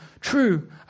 true